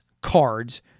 cards